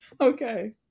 okay